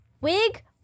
Wig